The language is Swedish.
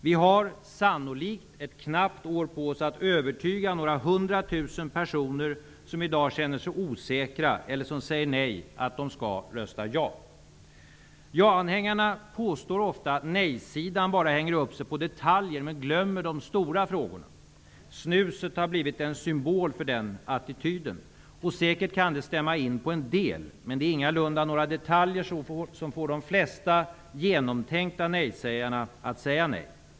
Vi har sannolikt ett knappt år på oss att övertyga några hundratusen personer som i dag känner sig osäkra, eller som säger nej, att de skall rösta ja. Ja-anhängarna påstår ofta att nej-sidan bara hänger upp sig på detaljer och glömmer de stora frågorna. Snuset har blivit en symbol för den attityden. Det kan säkert stämma in på en del, men det är ingalunda några detaljer som får de flesta genomtänkta nej-sägarna att säga nej.